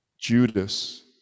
Judas